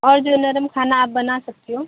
اور جو نرم کھانا آپ بنا سکتی ہو